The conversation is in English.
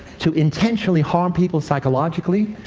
to intentionally harm people psychologically,